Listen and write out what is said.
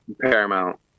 paramount